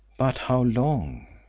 but how long?